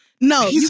no